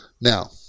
Now